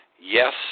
yes